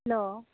hello